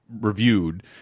reviewed